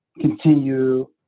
continue